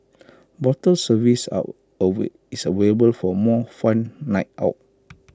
bottle service are is available for more fun night out